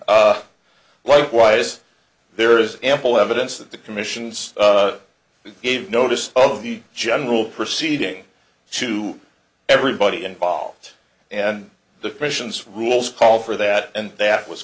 likewise there is ample evidence that the commissions gave notice of the general proceeding to everybody involved and the missions rules call for that and that was